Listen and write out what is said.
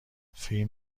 فیلم